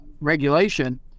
regulation